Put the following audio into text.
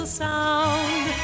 sound